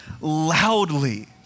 loudly